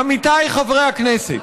עמיתיי חברי הכנסת,